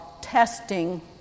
testing